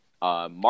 Mark